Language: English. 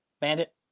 Bandit